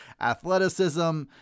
athleticism